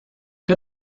que